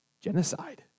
genocide